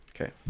Okay